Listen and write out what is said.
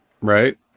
Right